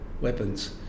weapons